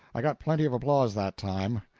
i got plenty of applause that time.